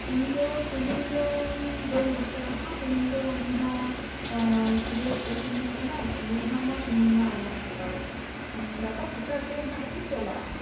ᱤᱧ ᱫᱚ ᱛᱮᱦᱮᱸᱧ ᱫᱚ ᱵᱟᱹᱧ ᱚᱯᱥᱚᱨᱚᱜᱼᱟ ᱛᱚ ᱛᱮᱦᱮᱸᱧ ᱫᱚ ᱩᱱᱤ ᱦᱚᱸ ᱥᱤᱨᱤᱭᱟᱥ ᱯᱮᱥᱮᱸᱴ ᱧᱚᱜ ᱟᱠᱟᱱᱟᱭ ᱚᱸᱰᱮ ᱜᱮ ᱦᱟᱸᱜ ᱢᱟ ᱥᱩᱢᱟᱹᱭ ᱢᱟ ᱟᱭᱢᱟᱭ ᱦᱟᱛᱟᱣ ᱜᱟᱯᱟ ᱥᱮᱛᱟᱜ ᱥᱮᱫ ᱦᱟᱸᱜ ᱤᱧ ᱪᱟᱞᱟᱜᱼᱟ